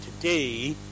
today